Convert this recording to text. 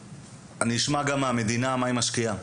אני אשמע גם מהמדינה מה היא משקיעה,